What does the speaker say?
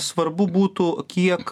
svarbu būtų kiek